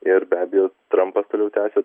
ir be abejo trampas toliau tęsia